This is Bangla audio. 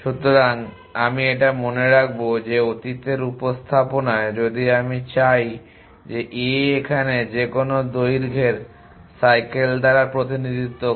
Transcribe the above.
সুতরাং আমি এটা মনে রাখবো যে অতীতের উপস্থাপনায় যদি আমি চাই যে a এখানে যেকোনো দৈর্ঘ্যের সাইকেল দ্বারা প্রতিনিধিত্ব করে